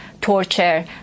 torture